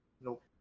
Nope